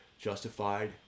justified